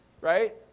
Right